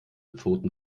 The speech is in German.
pfoten